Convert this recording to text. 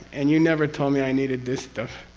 and you never told me i needed this stuff?